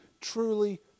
truly